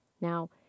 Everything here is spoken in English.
Now